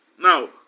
Now